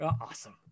Awesome